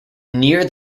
near